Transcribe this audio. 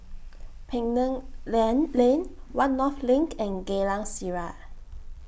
Penang Lane Lane one North LINK and Geylang Serai